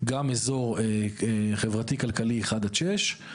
גם אזור חברתי כלכלי אחד עש שש,